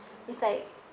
it's like